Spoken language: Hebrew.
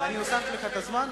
אני הוספתי לך את הזמן.